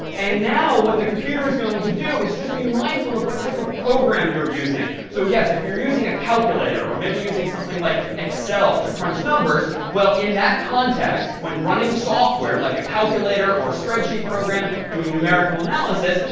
and now what the computer is going to do is just be mindful of what type of program you're using. so yes, if you're using a calculator or maybe using something like excel to crunch numbers, well, in that context when running software, like a calculator or a spreadsheet program doing numerical analysis,